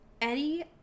Eddie